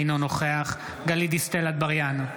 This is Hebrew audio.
אינו נוכח גלית דיסטל אטבריאן,